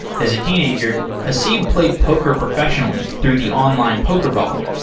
as a teenager, haseeb played poker professionally through the online poker bubble.